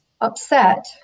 upset